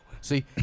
See